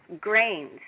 grains